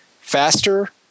faster